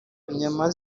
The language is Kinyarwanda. inyama